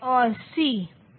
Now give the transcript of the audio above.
यह संभव है